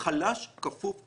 החלש כפוף לחזק.